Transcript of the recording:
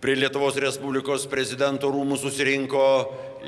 prie lietuvos respublikos prezidento rūmų susirinko